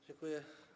Dziękuję.